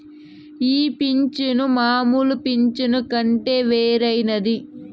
ఈ పింఛను మామూలు పింఛను కంటే వేరైనది